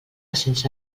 sense